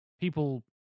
people